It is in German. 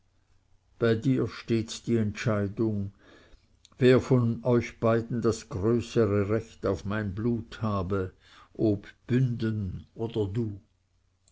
bei dir steht die entscheidung wer von euch beiden das größere recht auf mein blut habe ob bünden oder du